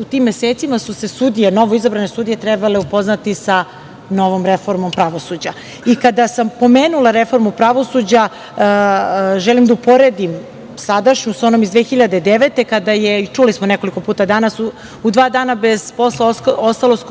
u tim mesecima su se novoizabrane sudije trebale upoznati sa novom reformom pravosuđa. Kada sam pomenula reformu pravosuđa, želim da uporedim sadašnju sa onom iz 2009. godine, čuli smo nekoliko puta u toku dana, u dva dana je ostalo bez